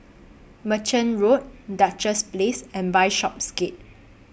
Merchant Road Duchess Place and Bishopsgate